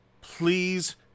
please